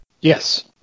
Yes